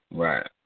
Right